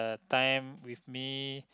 time with me